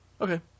Okay